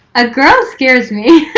a girl scares me.